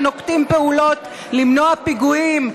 ונוקטים פעולות למנוע פיגועים?